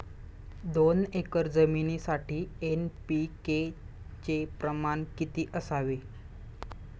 दोन एकर जमिनीसाठी एन.पी.के चे प्रमाण किती असावे?